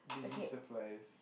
baby supplies